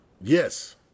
Yes